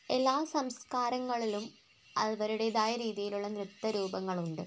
എല്ലാ സംസ്കാരങ്ങളിലും അവരുടെതായ രീതിയിലുള്ള നൃത്തരൂപങ്ങളുണ്ട്